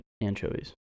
Anchovies